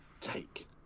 take